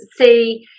see